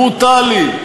ברוטלי,